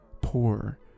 poor